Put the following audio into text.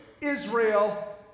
Israel